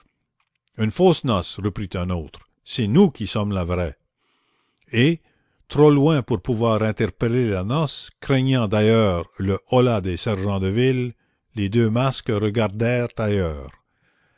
une fausse noce reprit un autre c'est nous qui sommes la vraie et trop loin pour pouvoir interpeller la noce craignant d'ailleurs le holà des sergents de ville les deux masques regardèrent ailleurs